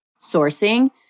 sourcing